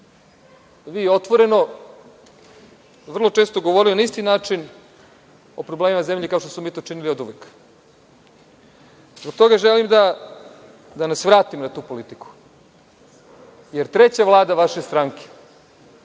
vi otvoreno vrlo često govorili na isti način o problemima u zemlji kako smo mi činili oduvek. Zbog toga želim da nas vratim na tu politiku, jer treća Vlada vaše stranke